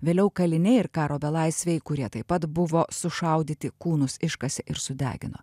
vėliau kaliniai ir karo belaisviai kurie taip pat buvo sušaudyti kūnus iškasė ir sudegino